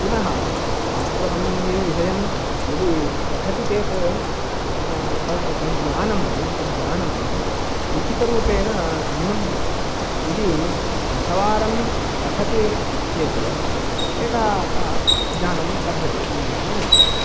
पुनः शास्त्रसम्बन्धिविषयं यदि पठति चेत् स् स ज्ञानं तज्ज्ञानं लिखितरूपेण न्यूनं भवति यदि दशवारं पठति चेत् एक ज्ञानं लभ्यते एकं ज्ञानं लभ्यते